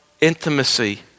intimacy